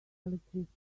electricity